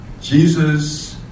Jesus